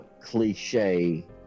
cliche